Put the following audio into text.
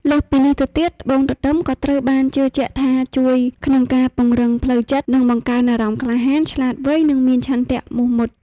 លើសពីនេះទៅទៀត ត្បូងទទឹមក៏ត្រូវបានជឿជាក់ថាជួយក្នុងការពង្រឹងផ្លូវចិត្ត និងបង្កើនអារម្មណ៍ក្លាហាន ឆ្លាតវៃ និងមានឆន្ទៈមុះមាត់។